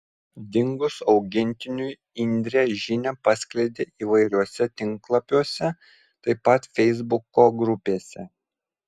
dingus augintiniui indrė žinią paskleidė įvairiuose tinklapiuose taip pat feisbuko grupėse